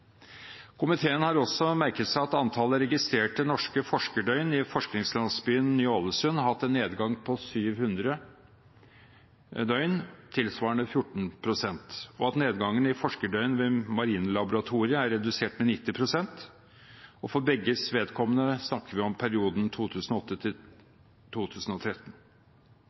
Komiteen har også merket seg at antallet registrerte norske forskerdøgn i forskningslandsbyen Ny-Ålesund har hatt en nedgang på 700, tilsvarende 14 pst., og at nedgangen i forskerdøgn ved marinlaboratoriet er redusert med 90 pst., og for begges vedkommende snakker vi om perioden